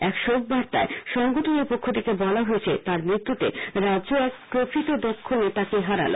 এক শোকবার্তায় সংগঠনের পক্ষ থেকে বলা হয়েছে তার মৃত্যুতে রাজ্য এক প্রকৃত দক্ষ নেতাকে হারালো